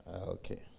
okay